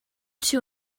two